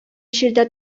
җирдә